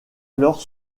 alors